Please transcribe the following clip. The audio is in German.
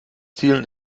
zielen